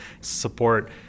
support